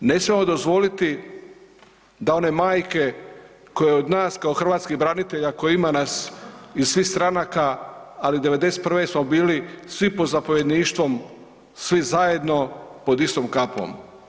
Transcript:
Ne smijemo dozvoliti da one majke koje od nas kao hrvatskih branitelja koji ima nas iz svih stranaka, ali '91. smo bili svi pod zapovjedništvom svi zajedno pod istom kapom.